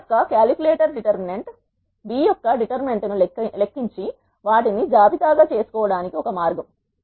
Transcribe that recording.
A యొక్క calculator determinant B యొక్క డిటర్మినెంట్ను లెక్కించి వాటిని జాబితా గా చేసుకోవడం ఒక మార్గం